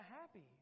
happy